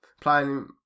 playing